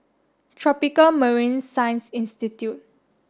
Tropical Marine Science Institute